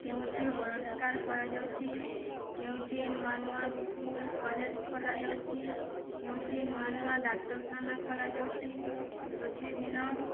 କେଉଁଠି ବଳାତ୍କାର କରାଯାଉଛି କେଉଁଠି ନୂଆ ନୂଆ ସ୍କୁଲ କଲେଜ ଖୋଲାଯାଉଛି କେଉଁଠି ନୂଆ ନୂଆ ଡାକ୍ତରଖାନା ଖୋଲା ଯାଉଛି ପ୍ରତିଦିନ